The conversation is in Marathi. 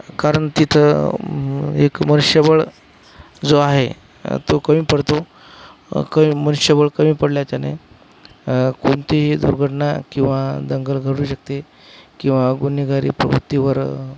कारण तिथं एक मनुष्यबळ जो आहे तो कमी पडतो कमी मनुष्यबळ कमी पडल्याच्याने कोणतीही दुर्घटना किंवा दंगल घडू शकते किंवा गुन्हेगारी प्रवृत्तीवर